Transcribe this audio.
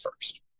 first